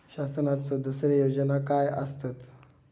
शासनाचो दुसरे योजना काय आसतत?